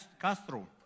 Castro